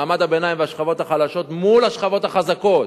מעמד הביניים והשכבות החלשות מול השכבות החזקות.